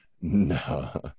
no